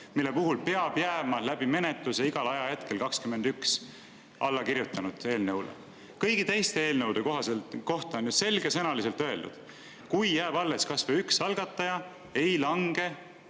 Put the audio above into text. mille puhul peab jääma läbi menetluse igal ajahetkel 21 eelnõule alla kirjutanut. Kõigi teiste eelnõude kohta on ju selgesõnaliselt öeldud: kui jääb alles kas või üks algataja, ei lange